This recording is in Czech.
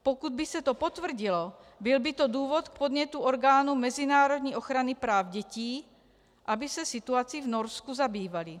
Pokud by se to potvrdilo, byl by to důvod k podnětu orgánům mezinárodní ochrany práv dětí, aby se situací v Norsku zabývaly.